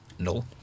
no